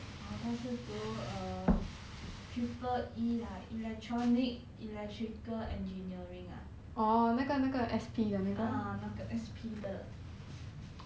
oh 他是读 err triple E ah electronic electrical engineering ah ah 那个 S_P 的